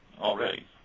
already